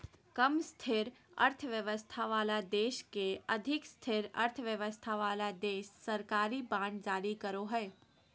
कम स्थिर अर्थव्यवस्था वाला देश के अधिक स्थिर अर्थव्यवस्था वाला देश सरकारी बांड जारी करो हय